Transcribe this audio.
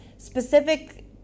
specific